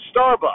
Starbucks